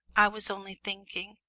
i was only thinking,